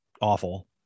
awful